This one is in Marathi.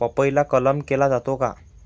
पपईला कलम केला जातो का?